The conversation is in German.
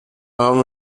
haben